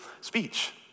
speech